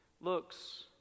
Looks